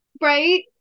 right